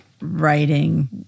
writing